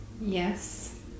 yes